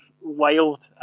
wild